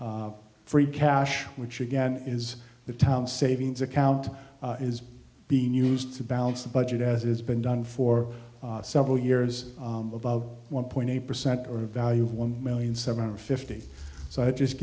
free cash which again is the town savings account is being used to balance the budget as it's been done for several years above one point eight percent or value of one million seven hundred fifty so i just